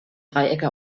dreiecke